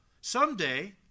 Someday